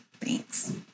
Thanks